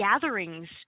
gatherings